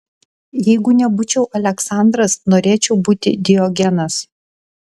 jeigu nebūčiau aleksandras norėčiau būti diogenas